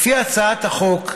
לפי הצעת החוק,